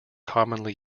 commonly